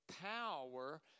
power